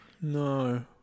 no